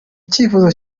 icyifuzo